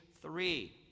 three